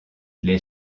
les